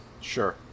Sure